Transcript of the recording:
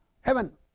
heaven